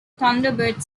thunderbird